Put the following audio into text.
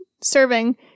serving